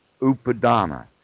Upadana